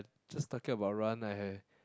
just talking about run I